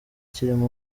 kirimo